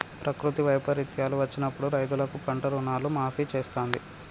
ప్రకృతి వైపరీత్యాలు వచ్చినప్పుడు రైతులకు పంట రుణాలను మాఫీ చేస్తాంది